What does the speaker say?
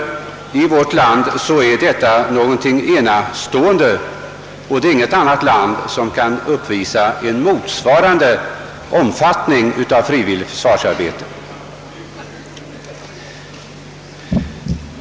I vårt land är detta också av enastående omfattning. Inget annat land kan visa upp en motsvarande satsning på frivilligt försvarsarbete.